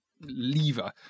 lever